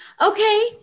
okay